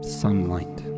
sunlight